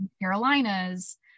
Carolina's